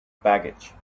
baggage